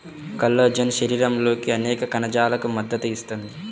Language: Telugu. కొల్లాజెన్ శరీరంలోని అనేక కణజాలాలకు మద్దతు ఇస్తుంది